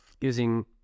using